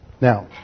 Now